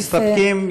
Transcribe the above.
מסתפקים?